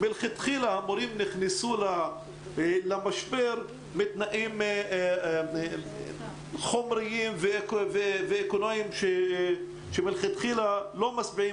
מלכתחילה המורים נכנסו למשבר בתנאים חומריים ואקונומיים לא משביעים